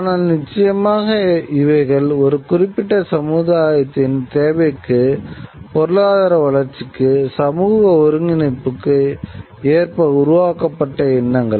ஆனால் நிச்சயமாக இவைகள் ஒரு குறிப்பிட்ட சமுதாயத்தின் தேவைக்கு பொருளாதார வளர்ச்சிக்கு சமூக ஒருங்கிணைப்புக்கு ஏற்ப உருவாக்கப்பட்ட எண்ணங்கள்